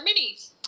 minis